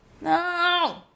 no